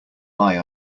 lie